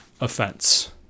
offense